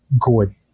good